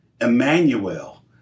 Emmanuel